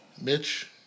Mitch